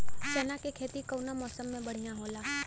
चना के खेती कउना मौसम मे बढ़ियां होला?